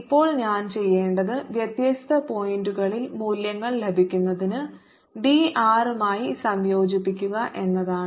ഇപ്പോൾ ഞാൻ ചെയ്യേണ്ടത് വ്യത്യസ്ത പോയിന്റുകളിൽ മൂല്യങ്ങൾ ലഭിക്കുന്നതിന് d r മായി സംയോജിപ്പിക്കുക എന്നതാണ്